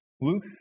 Luke